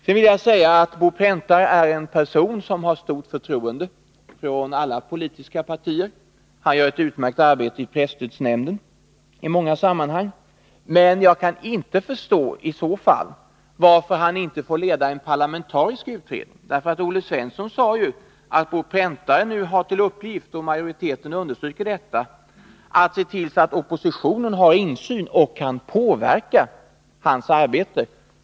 Jag vill säga att Bo Präntare är en person som har stort förtroende i alla politiska partier. Han gör ett utmärkt arbete i presstödsnämnden och i många sammanhang. Men jag kan i så fall inte förstå varför han inte får leda en parlamentarisk utredning. Olle Svensson sade ju att Bo Präntare har till uppgift — och majoriteten understryker detta — att se till att oppositionen har insyn och kan påverka hans arbete.